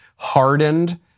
hardened